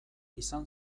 izan